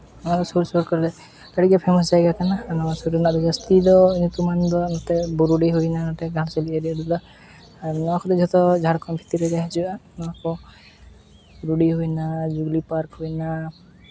ᱱᱚᱣᱟ ᱥᱩᱨ ᱥᱩᱨ ᱠᱚᱨᱮᱫ ᱟᱹᱰᱤ ᱜᱮ ᱯᱷᱮᱹᱢᱟᱥ ᱡᱟᱭᱜᱟ ᱠᱟᱱᱟ ᱱᱚᱣᱟ ᱥᱩᱨ ᱨᱮᱱᱟᱜ ᱫᱚ ᱡᱟᱹᱥᱛᱤ ᱫᱚ ᱧᱩᱛᱩᱢᱟᱱ ᱫᱚ ᱱᱚᱛᱮ ᱵᱩᱨᱩᱰᱤ ᱦᱩᱭᱱᱟ ᱱᱚᱛᱮ ᱜᱷᱟᱴᱥᱤᱞᱟᱹ ᱮᱨᱤᱭᱟ ᱨᱮᱫᱚ ᱟᱨ ᱱᱚᱣᱟ ᱠᱚᱫᱚ ᱡᱚᱛᱚ ᱡᱷᱟᱲᱠᱷᱚᱸᱰ ᱵᱷᱤᱛᱤᱨ ᱨᱮᱜᱮ ᱦᱤᱡᱩᱜᱼᱟ ᱱᱚᱣᱟ ᱠᱚ ᱵᱩᱨᱩᱰᱤ ᱦᱩᱭᱱᱟ ᱡᱩᱵᱽᱞᱤ ᱯᱟᱨᱠ ᱦᱩᱭᱱᱟ